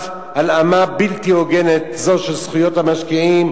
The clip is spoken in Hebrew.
הלאמה בלתי הוגנת זו של זכויות המשקיעים,